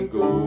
go